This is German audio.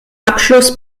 abschluss